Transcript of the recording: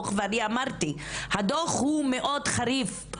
אמרתי - הדוח הוא מאוד חריף.